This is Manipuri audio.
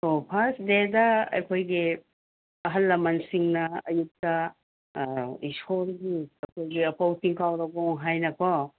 ꯑꯣ ꯐꯥꯔꯁ ꯗꯦꯗ ꯑꯩꯈꯣꯏꯒꯤ ꯑꯍꯟ ꯂꯃꯟꯁꯤꯡꯅ ꯑꯌꯨꯛꯇ ꯏꯁꯣꯔꯒꯤ ꯑꯩꯈꯣꯏꯒꯤ ꯑꯄꯧ ꯇꯤꯡꯀꯥꯎ ꯔꯥꯀꯣꯡ ꯍꯥꯏꯅꯀꯣ